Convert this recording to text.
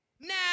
Now